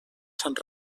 sant